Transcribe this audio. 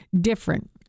different